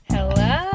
Hello